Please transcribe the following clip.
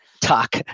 talk